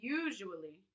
usually